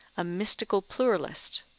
a mystical pluralist.